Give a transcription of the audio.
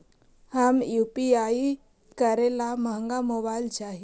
हम यु.पी.आई करे ला महंगा मोबाईल चाही?